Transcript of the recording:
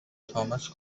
thomas